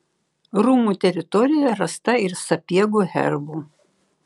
rūmų teritorijoje rasta ir sapiegų herbų